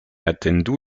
atendu